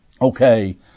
Okay